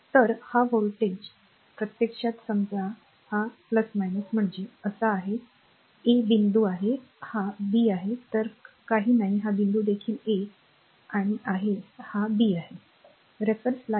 तर हा व्होल्टेज प्रत्यक्षात समजा हा आहे म्हणजे असा आहे हा a बिंदू आहे हा b आहे तर काहीही नाही हा बिंदू देखील a आणि आहे हा b आहे